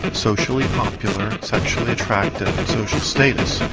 socially popular, sexually attractive, social status,